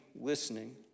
listening